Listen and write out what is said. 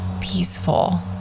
peaceful